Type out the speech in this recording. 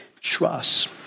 trust